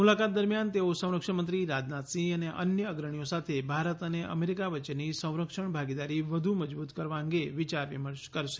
આ મુલાકાત દરમિયાન તેઓ સંરક્ષણ મંત્રી રાજનાથ સિંહ અને અન્ય અગ્રણીઓ સાથે ભારત અને અમેરિકા વચ્ચેની સંરક્ષણ ભાગીદારી વધુ મજબૂત કરવા અંગે વિચાર વિમર્શ કરશે